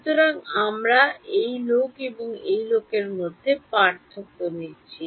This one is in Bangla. সুতরাং আমরা এই লোক এবং এই লোকের মধ্যে পার্থক্য নিচ্ছি